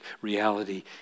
reality